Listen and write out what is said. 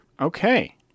Okay